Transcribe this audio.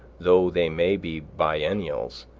though they may be biennials,